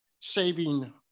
Saving